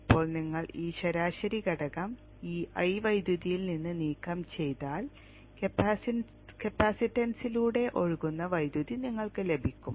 ഇപ്പോൾ നിങ്ങൾ ഈ ശരാശരി ഘടകം ഈ I വൈദ്യുതിയിൽ നിന്ന് നീക്കം ചെയ്താൽ കപ്പാസിറ്റൻസിലൂടെ ഒഴുകുന്ന വൈദ്യുതി നിങ്ങൾക്ക് ലഭിക്കും